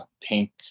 pink